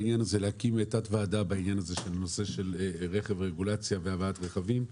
תת-ודעה בנושא של רגולציה על רכב והבאת רכבים.